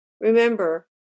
Remember